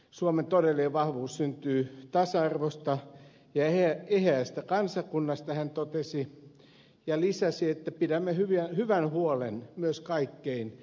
suomen todellinen vahvuus syntyy tasa arvosta ja eheästä kansakunnasta hän totesi ja lisäsi että pidämme hyvän huolen myös kaikkein heikoimmista